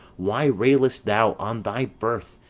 why railest thou on thy birth,